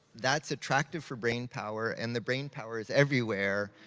that's attractive for brain power, and the brain power is everywhere,